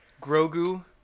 Grogu